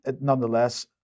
nonetheless